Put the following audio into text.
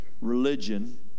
Religion